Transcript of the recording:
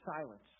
silence